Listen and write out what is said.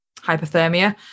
hypothermia